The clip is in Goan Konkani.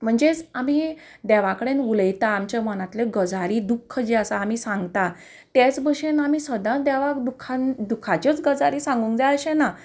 म्हणजेच आमी देवा कडेन उलयता आमच्या मनांतल्यो गजाली दुख्ख जें आसा आमी सांगता तेच भशेन आमी सदांच देवाक दुखान दुखाच्योच गजाली सांगूंक जाय अशें ना